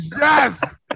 Yes